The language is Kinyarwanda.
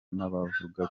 n’abavuga